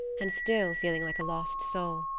and still feeling like a lost soul.